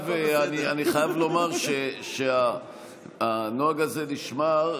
אני חייב לומר שהנוהג הזה נשמר,